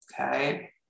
Okay